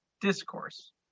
discourse